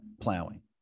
plowing